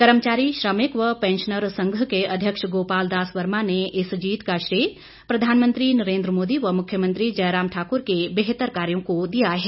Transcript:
कर्मचारी श्रमिक व पैंशनर संघ के अध्यक्ष गोपाल दास वर्मा ने इस जीत का श्रेय प्रधानमंत्री नरेन्द्र मोदी व मुख्यमंत्री जयराम ठाकुर के बेहतर कार्यों को दिया है